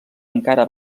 encara